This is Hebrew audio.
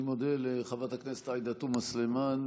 אני מודה לחברת הכנסת עאידה תומא סלימאן,